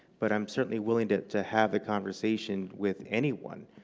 but i am certainly willing to to have a conversation with anyone,